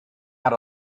out